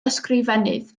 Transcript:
ysgrifennydd